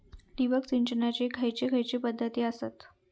ठिबक सिंचनाचे खैयचे खैयचे पध्दती आसत?